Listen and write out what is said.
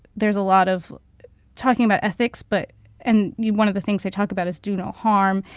there's a lot of talking about ethics. but and one of the things they talk about is do no harm.